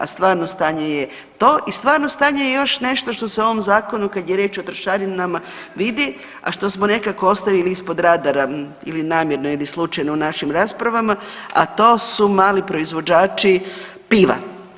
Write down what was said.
A stvarno stanje je to i stvarno stanje je još nešto što se u ovom zakonu kad je riječ o trošarinama vidi, a što smo nekako ostavili ispod radara ili namjerno ili slučajno u našim raspravama, a to su mali proizvođači piva.